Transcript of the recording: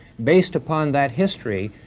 based upon that history,